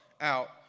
out